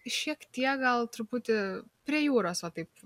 šiek tiek gal truputį prie jūros va taip